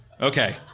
okay